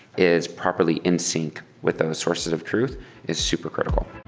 is properly in sync with those sources of truth is supercritical.